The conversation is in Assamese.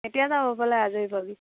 এতিয়াই যাওঁগৈ ব'লা আজৰি হৈ পেলাই